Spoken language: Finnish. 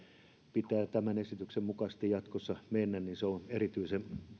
pitää tämän esityksen mukaisesti jatkossa mennä niin se on erityisen